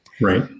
right